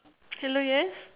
hello yes